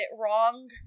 wrong